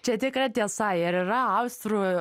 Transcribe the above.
čia tikra tiesa ir yra austrų